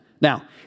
Now